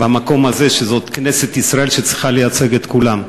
במקום הזה, שזאת כנסת ישראל שצריכה לייצג את כולם.